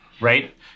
Right